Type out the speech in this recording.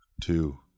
two